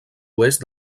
oest